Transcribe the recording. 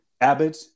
Abbott